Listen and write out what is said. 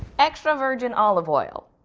extra virgin olive oil.